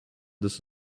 this